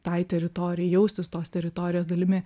tai teritori jaustis tos teritorijos dalimi